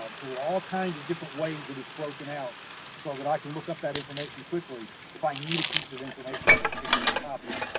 so there are all kinds of different ways that it's broken out so that i can look up that information quickly if i need a piece of information on a particular topic.